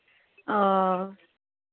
ओ